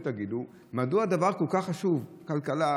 ותגידו מדוע דבר כל כך חשוב לכלכלה,